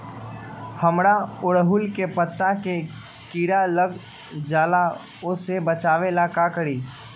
हमरा ओरहुल के पत्ता में किरा लग जाला वो से बचाबे ला का करी?